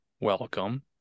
welcome